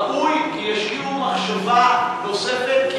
ראוי שישקיעו מחשבה נוספת,